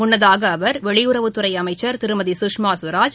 முன்னதாகஅவர் வெளியுறவுத்துறைஅமைச்சர் திருமதி சுஷ்மா ஸ்வராஜ்